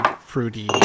fruity